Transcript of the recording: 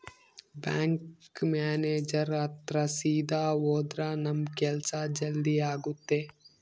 bank manager ಹತ್ರ ಸೀದಾ ಹೋದ್ರ ನಮ್ ಕೆಲ್ಸ ಜಲ್ದಿ ಆಗುತ್ತೆ